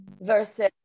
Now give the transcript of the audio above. versus